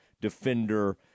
defender